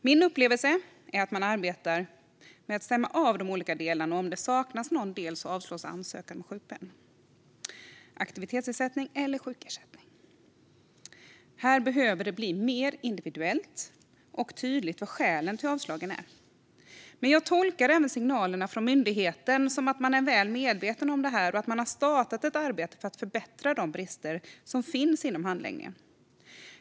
Min upplevelse är att man arbetar med att stämma av de olika delarna, och om någon del saknas avslås ansökan om sjukpenning, aktivitetsersättning eller sjukersättning. Här behöver det bli mer individuellt och tydligt vilka skälen till avslagen är. Jag tolkar ändå signalerna från myndigheten som att man är väl medveten om detta och att man har startat ett arbete för att åtgärda de brister som finns inom handläggningen.